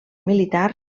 militar